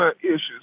issues